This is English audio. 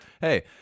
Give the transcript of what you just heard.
Hey